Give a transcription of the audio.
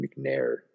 McNair